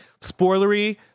spoilery